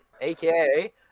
aka